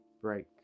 break